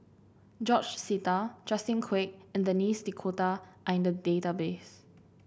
George Sita Justin Quek and Denis D'Cotta are in the database